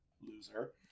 Loser